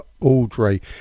Audrey